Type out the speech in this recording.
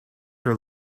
her